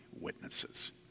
witnesses